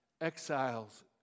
exiles